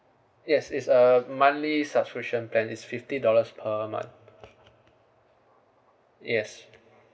yes it's a monthly subscription plan it's fifty dollars per month yes